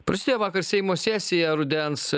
prasidėjo vakar seimo sesija rudens